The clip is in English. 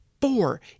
four